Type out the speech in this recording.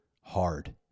hard